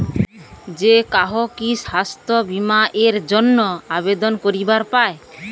যে কাহো কি স্বাস্থ্য বীমা এর জইন্যে আবেদন করিবার পায়?